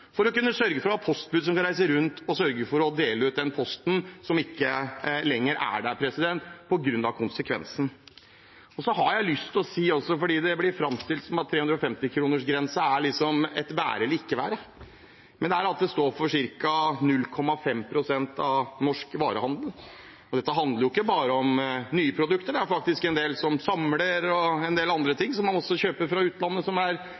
sørge for å ha postbud som reiser rundt og deler ut den posten som ikke lenger er der. Det er konsekvensen. Jeg har også lyst til å si at det blir framstilt som om 350-kronersgrensen er et være eller ikke være, men dette står for ca. 0,5 pst. av norsk varehandel. Dette handler ikke bare om nye produkter, det er faktisk en del som samler og kjøper en del andre ting fra utlandet